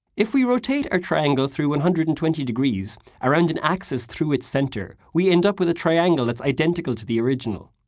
if we rotate our triangle through one and hundred and twenty degrees, around an access through its center, we end up with a triangle that's identical to the original.